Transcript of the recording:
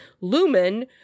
Lumen